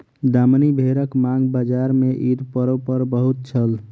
दामनी भेड़क मांग बजार में ईद पर्व पर बहुत छल